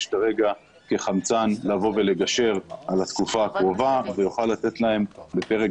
כרגע כחמצן כדי לגשר על התקופה הקרובה ויוכל לתת להם בפרק